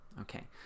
Okay